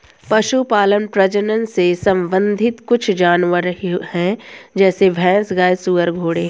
पशुपालन प्रजनन से संबंधित कुछ जानवर है जैसे भैंस, गाय, सुअर, घोड़े